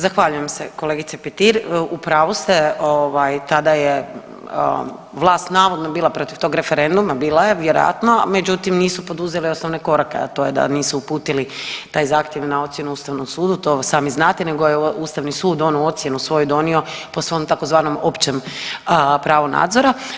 Zahvaljujem se kolegice Petir, u pravu ste, ovaj tada je vlast navodno bila protiv tog referenduma, bila je vjerojatno međutim nisu poduzeli osnovne korake, a to je da nisu uputili taj zahtjev na ocjenu Ustavnom sudu, to sami znate nego je Ustavni sud onu ocjenu svoju donio po svom tzv. općem pravu nadzora.